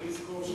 אדוני יזכור,